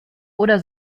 oder